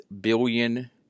billion